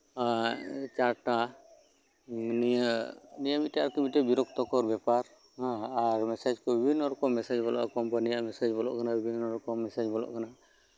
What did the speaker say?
ᱟᱨ ᱱᱤᱭᱟᱹ ᱢᱤᱫᱴᱮᱱ ᱵᱤᱨᱚᱠᱛᱠᱚᱨ ᱵᱮᱯᱟᱨ ᱵᱤᱵᱷᱤᱱᱱᱚ ᱨᱠᱚᱢᱚ ᱢᱮᱥᱮᱡ ᱵᱚᱞᱚᱜᱼᱟ ᱠᱳᱢᱯᱟᱱᱤ ᱨᱮᱭᱟᱜ ᱢᱮᱥᱮᱡ ᱵᱚᱞᱚᱜ ᱠᱟᱱᱟ ᱵᱤᱵᱷᱤᱱᱱᱚ ᱨᱚᱠᱚᱢ